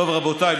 רבותיי,